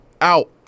Out